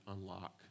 unlock